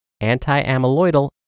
anti-amyloidal